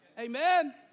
Amen